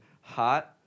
hot